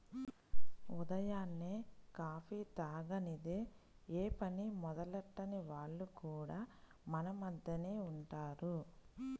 ఉదయాన్నే కాఫీ తాగనిదె యే పని మొదలెట్టని వాళ్లు కూడా మన మద్దెనే ఉంటారు